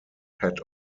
pet